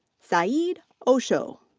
saheed osho.